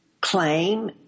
claim